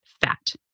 fat